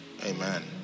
amen